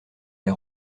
des